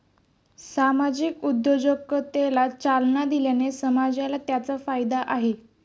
सामाजिक उद्योजकतेला चालना दिल्याने समाजाला त्याचा फायदा आहे